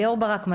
ליאור ברק,